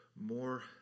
more